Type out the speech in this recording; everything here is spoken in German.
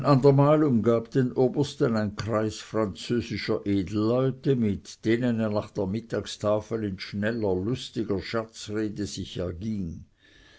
andermal umgab den obersten ein kreis französischer edelleute mit denen er nach der mittagstafel in schneller lustiger scherzrede sich erging